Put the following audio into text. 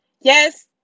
yes